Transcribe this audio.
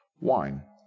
wine